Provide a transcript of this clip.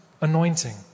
anointing